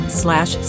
slash